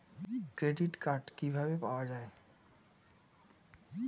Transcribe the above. Credit card কিভাবে পাওয়া য়ায়?